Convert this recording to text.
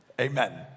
Amen